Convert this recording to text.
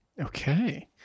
Okay